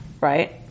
right